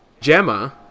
Gemma